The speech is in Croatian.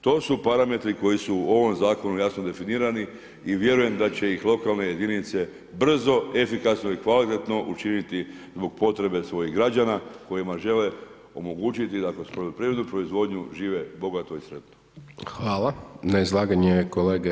To su parametri koji su u ovom zakonu jasno definirani i vjerujem da će ih lokalne jedinice brzo, efikasno i kvalitetno učiniti zbog potrebe svojih građana kojima žele omogućiti da kroz poljoprivrednu proizvodnju žive bogato i sretno.